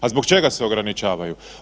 A zbog čega se ograničavaju?